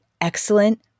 excellent